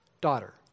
Daughter